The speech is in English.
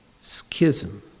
schism